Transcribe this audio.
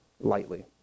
lightly